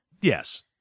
Yes